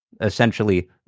essentially